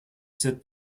set